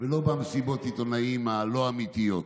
לא במסיבות העיתונאים הלא-אמיתיות.